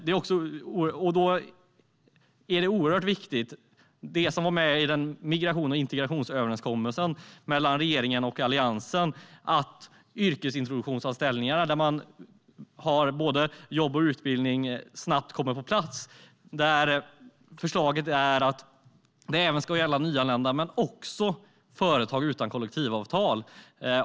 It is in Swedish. Här är det som var med i migrations och integrationsöverenskommelsen mellan regeringen och Alliansen oerhört viktigt - att yrkesintroduktionsanställningarna där man har både jobb och utbildning snabbt kommer på plats. Förslaget är att det ska gälla även nyanlända men också företag utan kollektivavtal.